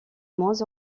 moins